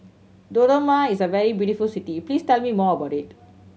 Dodoma is a very beautiful city please tell me more about it